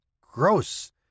gross